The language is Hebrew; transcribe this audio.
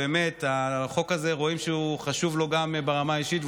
באמת רואים שהחוק הזה חשוב גם לו ברמה האישית,